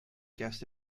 guest